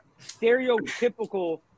stereotypical